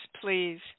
please